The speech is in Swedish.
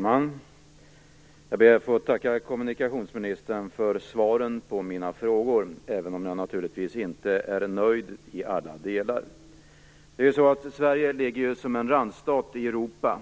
Fru talman! Jag ber att få tacka kommunikationsministern för svaren på mina frågor, även om jag naturligtvis inte är nöjd i alla delar. Sverige ligger ju som en randstat i Europa,